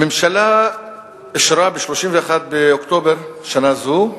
הממשלה אישרה, ב-31 באוקטובר שנה זו,